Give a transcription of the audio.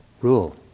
Rule